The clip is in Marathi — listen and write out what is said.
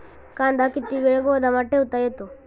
कांदा किती वेळ गोदामात ठेवता येतो?